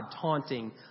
taunting